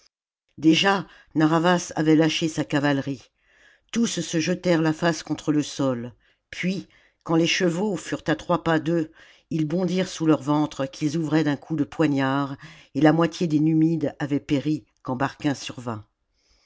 déjà narr'havas avait lâché sa cavalerie tous se jetèrent la face contre le sol puis quand les chevaux furent à trois pas d'eux ils bondirent sous leur ventre qu'ils ouvraient d'un coup de poignard et la moitié des numides avait péri quand